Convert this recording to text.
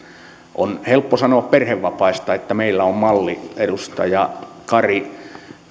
on helppo sanoa perhevapaista että meillä on malli edustaja kari